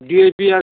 DAP আর